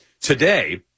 today